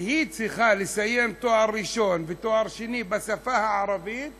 והיא צריכה לסיים תואר ראשון ותואר שני בשפה הערבית